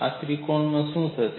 આ ત્રિકોણનું શું થશે